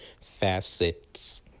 Facets